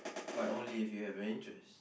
but only if you have an interest